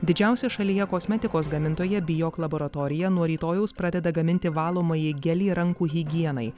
didžiausia šalyje kosmetikos gamintoja biok laboratorija nuo rytojaus pradeda gaminti valomąjį gelį rankų higienai